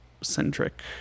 centric